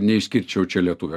neišskirčiau čia lietuvių